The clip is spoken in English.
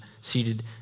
seated